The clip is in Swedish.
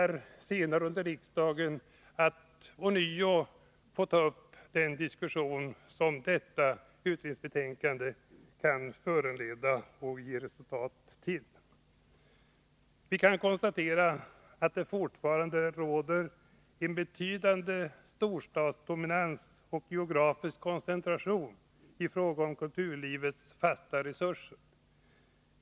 Riksdagen kommer senare att få föra den diskussion som detta utredningsbetänkade kan föranleda. Vi kan konstatera att det fortfarande råder en betydande storstadsdominans och geografisk koncentration i fråga om kulturlivets fasta resurser.